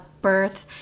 birth